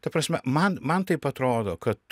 ta prasme man man taip atrodo kad